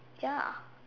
ya